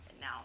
now